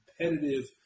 competitive